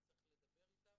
אתה צריך לדבר איתם,